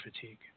fatigue